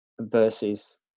versus